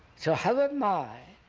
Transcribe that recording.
so how am i,